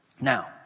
Now